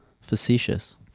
facetious